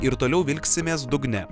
ir toliau vilksimės dugne